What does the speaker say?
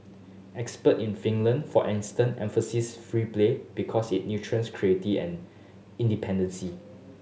expert in Finland for instance emphasise free play because it creativity and independence